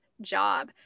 job